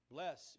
Bless